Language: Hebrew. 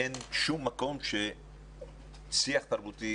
אין שום מקום ששיח תרבותי